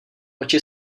oči